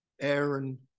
Aaron